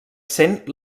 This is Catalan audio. sent